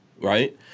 Right